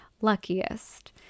luckiest